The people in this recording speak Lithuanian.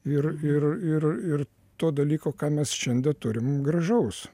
ir ir ir ir to dalyko ką mes šiandie turim gražaus